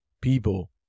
people